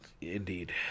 Indeed